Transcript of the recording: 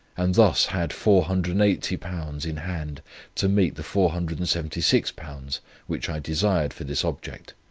and thus had four hundred and eighty pounds in hand to meet the four hundred and seventy six pounds which i desired for this object.